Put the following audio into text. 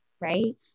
right